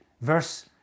Verse